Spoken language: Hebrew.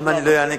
אם אני לא אענה,